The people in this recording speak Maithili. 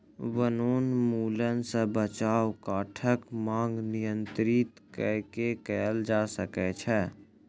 वनोन्मूलन सॅ बचाव काठक मांग नियंत्रित कय के कयल जा सकै छै